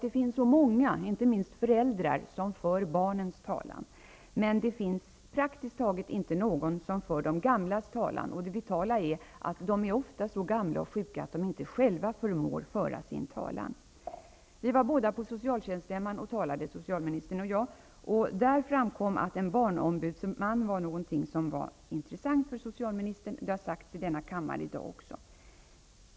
Det finns så många, inte minst föräldrar, som för barnens talan, men det finns praktiskt taget inte någon som för de gamlas talan. De är ofta så gamla och sjuka att de inte själva förmår föra sin talan. Socialministern och jag var båda på socialtjänststämman och talade. Där framkom att tanken på en barnombudsman var intressant för socialministern. Det har sagts i denna kammare i dag också.